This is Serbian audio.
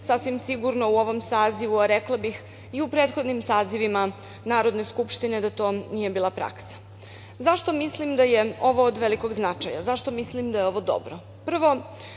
sasvim sigurno u ovom sazivu, a rekla bih i u prethodnim sazivima Narodne skupštine da to nije bila praksa. Zašto mislim da je ovo od velikog značaja? Zašto mislim da je ovo dobro? Prvo,